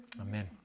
Amen